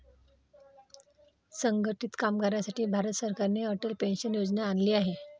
असंघटित कामगारांसाठी भारत सरकारने अटल पेन्शन योजना आणली आहे